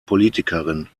politikerin